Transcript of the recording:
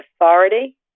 authority